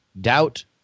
doubt